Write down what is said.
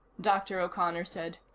dr. o'connor said.